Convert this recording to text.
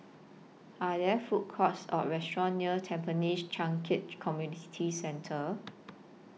Are There Food Courts Or restaurants near Tampines Changkat Community Centre